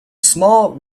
small